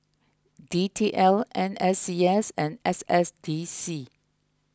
D T L N S E S and S S D C